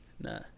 Nah